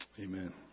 Amen